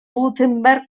württemberg